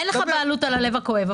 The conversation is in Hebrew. אין לך בעלות על הלב הכואב.